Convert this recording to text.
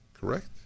Correct